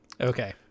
okay